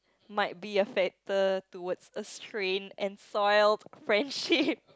might be a factor towards a strained and soiled friendship